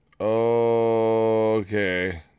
okay